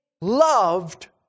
loved